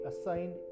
assigned